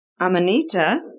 Amanita